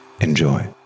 Enjoy